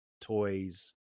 toys